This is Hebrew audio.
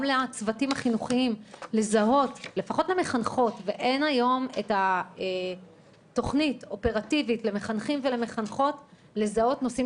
אין היום תוכנית אופרטיבית למחנכים ולמחנכות לזהות נושאים